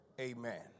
Amen